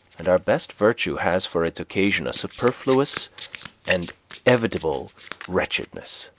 and our best virtue has for its occasion a superfluous and evitable wretchedness.